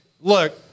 look